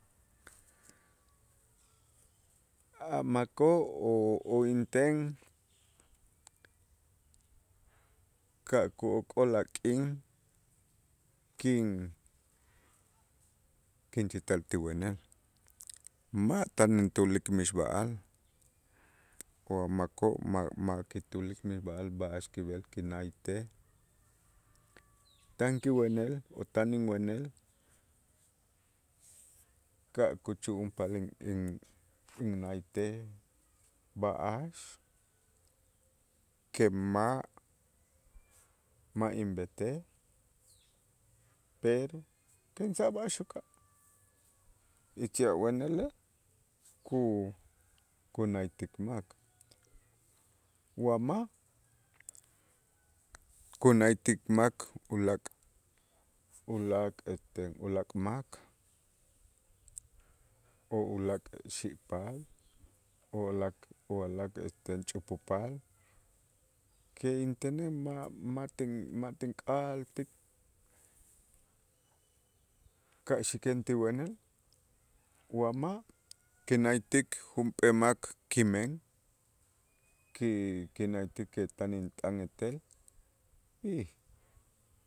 A' makoo' o- o inten ka' ku'okol a' k'in kin- kinchital ti wenel ma' tan intulik mixb'a'al o a' makoo' ma'-ma' kitulik mixb'a'al b'a'ax kib'el kinaaytej, tan kiwenel o tan inwenel ka' kuchu'unpal in- in- innaaytej b'a'ax que ma'-ma' inb'etej, pero pensa b'a'ax uka'aj y si a wenelej ku- kunaaytik mak wa ma' kunaaytik mak ulaak' ulaak' este ulaak' mak o ulaak' xi'paal o ulaak' ulaak' este chup pupaal que intenej ma' ma' tin- ma' tinkaaltik ka' xiken ti wenel wa ma' kinaaytik junp'ee mak kimen ki- kinaaytik tan int'an etel y